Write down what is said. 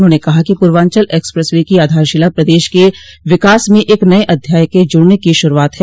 उन्होंने कहा कि पूर्वांचल एक्सप्रेस वे की आधारशिला प्रदेश के विकास में एक नये अध्याय के जुड़ने की शुरूआत है